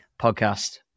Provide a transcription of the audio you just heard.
podcast